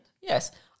Yes